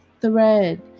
thread